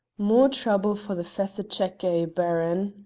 more trouble for the fesse checkey, baron,